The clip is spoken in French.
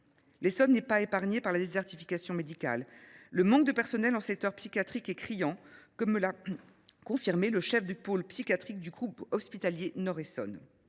L’Essonne n’est pas épargnée par la désertification médicale. Le manque de personnels dans le secteur psychiatrique est criant, comme me l’a confirmé le chef du pôle psychiatrie de groupe hospitalier Nord Essonne.